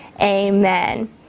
amen